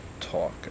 talk